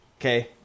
okay